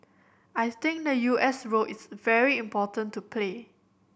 I think the U S role is very important to play